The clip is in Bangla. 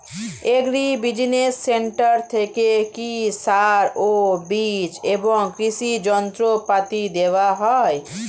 এগ্রি বিজিনেস সেন্টার থেকে কি সার ও বিজ এবং কৃষি যন্ত্র পাতি দেওয়া হয়?